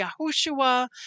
Yahushua